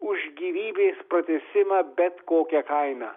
už gyvybės pratęsimą bet kokia kaina